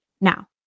Now